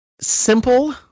simple